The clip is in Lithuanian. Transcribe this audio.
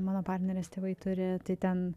mano partnerės tėvai turi tai ten